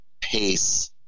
pace